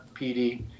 PD